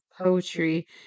poetry